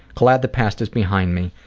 glad the past is behind me.